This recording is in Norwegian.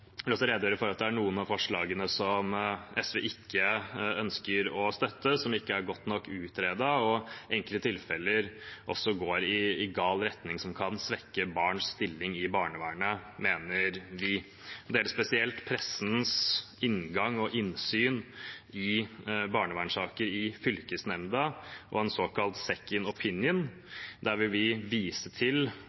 vil jeg redegjøre for at det er noen av forslagene som SV ikke ønsker å støtte, som ikke er godt nok utredet og i enkelte tilfeller også går i gal retning og kan svekke barns stilling i barnevernet, mener vi. Det gjelder spesielt pressens inngang og innsyn i barnevernssaker i fylkesnemnda og en såkalt second opinion. Der vil vi vise til